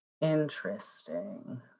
Interesting